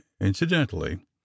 incidentally